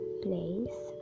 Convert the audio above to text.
place